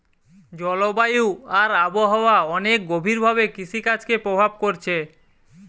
জলবায়ু আর আবহাওয়া অনেক গভীর ভাবে কৃষিকাজকে প্রভাব কোরছে